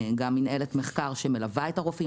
גם מנהלת מחקר שמלווה את הרופאים